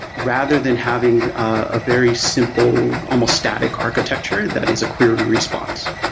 rather than having a very simple almost static architecture that is a query response